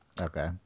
Okay